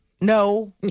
No